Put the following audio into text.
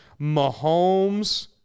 Mahomes